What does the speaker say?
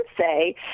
say